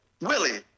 Willie